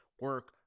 Work